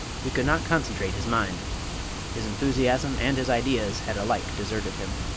he could not concentrate his mind his enthusiasm and his ideas had alike deserted him.